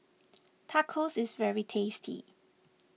Tacos is very tasty